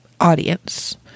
audience